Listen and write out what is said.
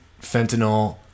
fentanyl